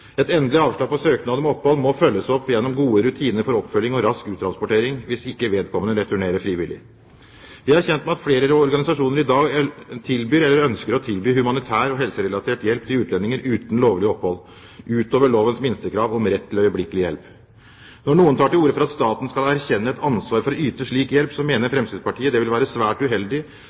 Et endelig avslag på søknad om opphold må følges opp gjennom gode rutiner for oppfølging og rask uttransportering, hvis ikke vedkommende returnerer frivillig. Vi er kjent med at flere organisasjoner i dag tilbyr, eller ønsker å tilby, humanitær og helserelatert hjelp til utlendinger uten lovlig opphold utover lovens minstekrav om rett til øyeblikkelig hjelp. Når noen tar til orde for at staten skal erkjenne et ansvar for å yte slik hjelp, mener Fremskrittspartiet at det vil være svært uheldig